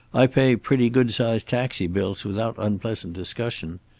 i pay pretty good-sized taxi bills without unpleasant discussion.